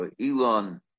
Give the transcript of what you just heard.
Elon